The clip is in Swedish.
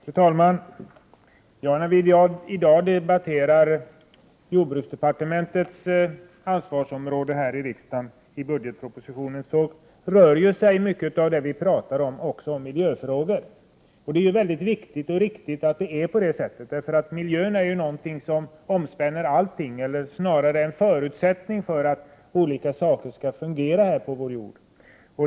Fru talman! När vi i dag här i riksdagen debatterar jordbruksdepartementets ansvarsområde i budgetpropositionen rör sig mycket av det vi pratar om också om miljöfrågor. Det är mycket viktigt och riktigt att det är på det sättet, för miljön är någonting som omspänner allting. Den är en förutsättning för att olika saker skall fungera här på vår jord.